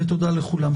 תודה לכולם.